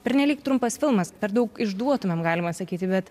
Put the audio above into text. pernelyg trumpas filmas per daug išduotumėm galima sakyti bet